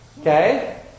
Okay